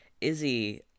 Izzy